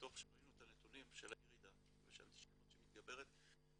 מתוך הנתונים שראינו של הירידה ושל האנטישמיות שמתגברת,